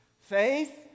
Faith